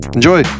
Enjoy